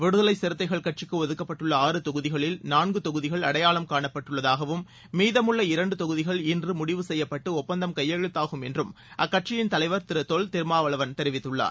விடுதலை சிறுத்தைகள் கட்சிக்கு ஒதுக்கப்பட்டுள்ள ஆறு தொகுதிகளில் நான்கு தொகுதிகள் அடையாளம் காணப்பட்டுள்ளதாகவும் மீதமுள்ள இரண்டு தொகுதிகள் இன்று முடிவு செய்யப்பட்டு ஒப்பந்தம் கையெழுத்தாகும் என்று அக்கட்சியின் தலைவர் திரு தொல் திருமாவளவன் தெரிவித்துள்ளார்